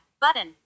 button